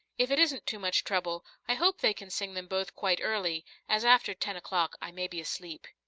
if it isn't too much trouble, i hope they can sing them both quite early, as after ten o'clock i may be asleep.